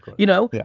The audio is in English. you know? yeah